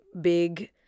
big